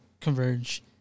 Converge